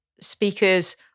speakers